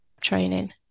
training